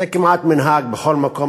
זה כמעט מנהג בכל מקום.